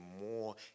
more